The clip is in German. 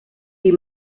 die